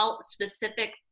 specific